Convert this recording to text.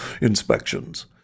inspections